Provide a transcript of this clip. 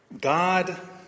God